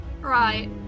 Right